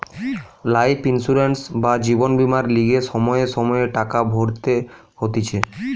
life insurance বা জীবন বীমার লিগে সময়ে সময়ে টাকা ভরতে হতিছে